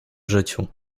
życiu